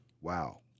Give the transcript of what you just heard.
Wow